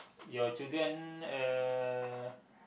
your children uh